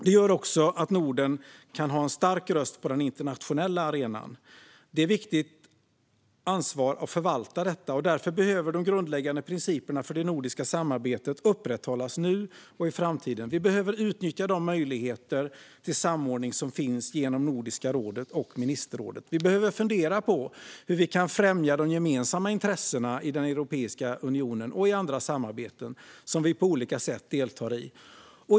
Det gör också att Norden kan ha en stark röst på den internationella arenan. Det är ett viktigt ansvar att förvalta detta. Därför behöver de grundläggande principerna för det nordiska samarbetet upprätthållas nu och i framtiden. Vi behöver utnyttja de möjligheter till samordning som finns genom Nordiska rådet och Nordiska ministerrådet. Vi behöver fundera på hur vi kan främja de gemensamma intressena i Europeiska unionen och i andra samarbeten som vi på olika sätt deltar i.